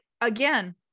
again